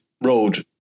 Road